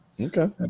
okay